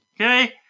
okay